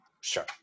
Sure